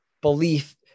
belief